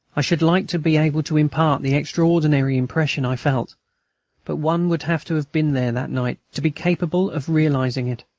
i should like to be able to impart the extraordinary impression i felt but one would have to have been there that night to be capable of realising it.